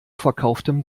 verkauftem